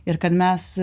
ir kad mes